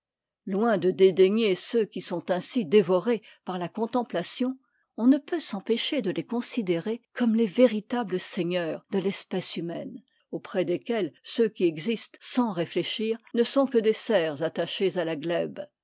loin de dédaigner ceux qui sont ainsi dévorés par la contemplation on ne peut s'empêcher de les considérer comme les véritables seigneurs de l'espèce humaine auprès desquels ceux qui existent sans réfléchir ne sont que des serfs attachés à la gtèbe